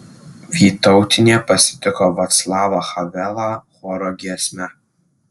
vytautinė pasitiko vaclavą havelą choro giesme